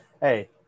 hey